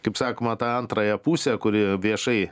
kaip sakoma tą antrąją pusę kuri viešai